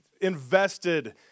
invested